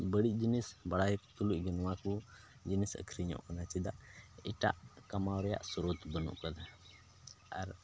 ᱵᱟᱹᱲᱤᱡ ᱡᱤᱱᱤᱥ ᱵᱟᱲᱟᱭ ᱛᱩᱞᱩᱪ ᱜᱮ ᱱᱚᱣᱟ ᱠᱚ ᱡᱤᱱᱤᱥ ᱟᱠᱷᱨᱤᱧᱚᱜ ᱠᱟᱱᱟ ᱪᱮᱫᱟᱜ ᱮᱴᱟᱜ ᱠᱟᱢᱟᱣ ᱨᱮᱭᱟᱜ ᱥᱨᱳᱛ ᱵᱟᱹᱱᱩᱜ ᱠᱟᱫᱟ ᱟᱨ